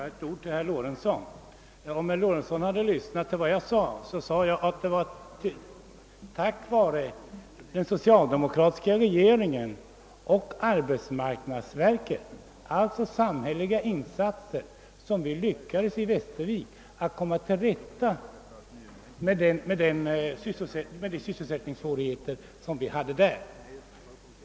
Herr talman! Jag vill bara säga ett par ord till herr Lorentzon. Om herr Lorentzon hade lyssnat till mitt anförande hade han kanske hört att jag sade att det var tack vare den socialdemokratiska regeringen och arbetsmarknadsverket — alltså samhälleliga insatser — som vi i Västervik lyckades komma till rätta med de sysselsättningssvårigheter som där förelåg.